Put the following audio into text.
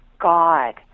God